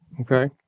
Okay